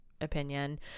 opinion